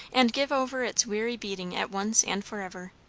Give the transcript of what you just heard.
and give over its weary beating at once and for ever.